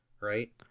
Right